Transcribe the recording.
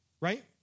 right